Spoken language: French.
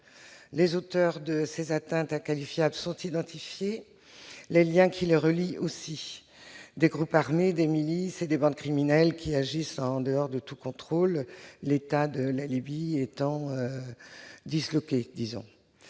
Les auteurs de ces atteintes inqualifiables sont identifiés, les liens qui les relient aussi. Des groupes armés, des milices et des bandes criminelles agissent en dehors de tout contrôle, l'État en Libye étant disloqué. Ces